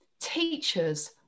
teachers